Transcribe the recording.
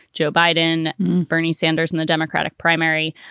joe biden and bernie sanders in the democratic primary.